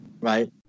Right